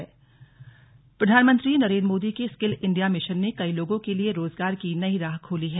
दुग्ध उत्पादन प्रधानमंत्री नरेंद्र मोदी के रिकल इंडिया मिशन ने कई लोगों के लिए रोजगार की नई राह खोली है